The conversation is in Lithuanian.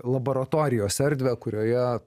laboratorijos erdvę kurioje